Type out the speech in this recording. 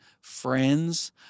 friends